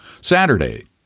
Saturday